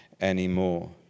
anymore